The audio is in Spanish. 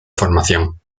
formación